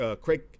Craig